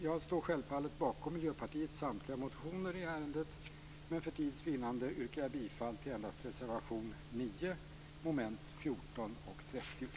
Jag står självfallet bakom Miljöpartiets samtliga motioner i ärendet men för tids vinnande yrkar jag bifall endast till reservation 9 under mom.